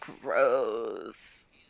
Gross